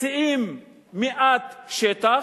מציעים מעט שטח.